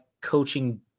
coaching